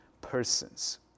persons